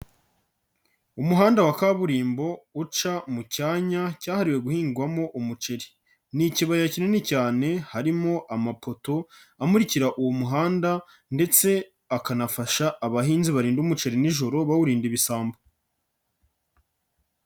Umuhanda wa kaburimbo uca mu cyanya cyahariwe guhingwamo umuceri. Ni ikibaya kinini cyane harimo amapoto amukira uwo muhanda ndetse akanafasha abahinzi barinda umuceri nijoro, bawurinda ibisambo.